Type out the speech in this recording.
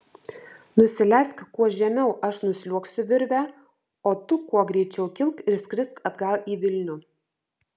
nusileisk kuo žemiau aš nusliuogsiu virve o tu kuo greičiau kilk ir skrisk atgal į vilnių